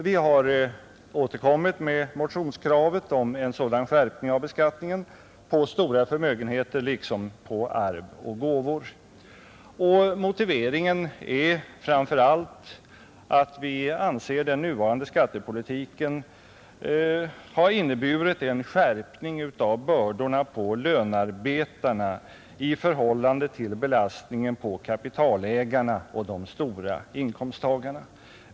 Vi har återkommit 28 april 1971 med motionskravet om en sådan skärpning av beskattningen på stora förmögenheter liksom på arv och gåvor. Motiveringen är framför allt att den nuvarande skattepolitiken har inneburit en skärpning av bördorna på lönearbetarna i förhållande till belastningen på Kapitalägarna och de stora inkomsttagarna.